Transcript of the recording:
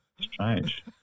strange